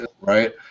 right